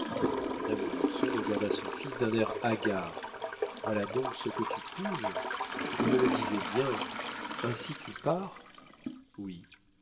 madame granson regarda son fils d'un air hagard voilà donc ce que tu couves on me le disait bien ainsi tu pars oui